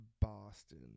Boston